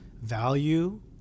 value